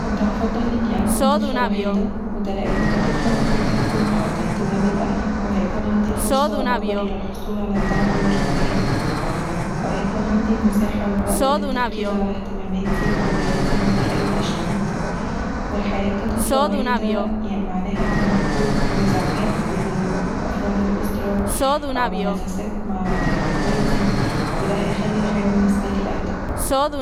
كنت هفضل اني اكون طفله وحيده وده لأني كطفله وحيده هكون محط اهتمام الأهل وهيكون عندي فرصة أكبر للحصول علي الدعم والرعاية وهيكون عندي المساحه والوقت للتركيز علي اهتمامتي وهواياتي من غير اي تشتيت والحياة كفطله ونيدها معناها عدم وجود نزاعات بين افراد الأسرة او منافسات مع اخواتي وده هيخلي الحياة بالنسبالي اهدى